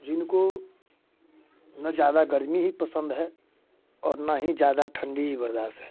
जिनको न ज़्यादा गर्मी ही पसंद है ना ही ज़्यादा ठंडी ही बर्दाश्त है